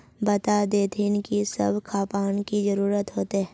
बता देतहिन की सब खापान की जरूरत होते?